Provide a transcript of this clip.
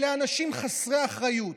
אלה אנשים חסרי אחריות.